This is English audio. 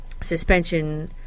suspension